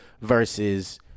versus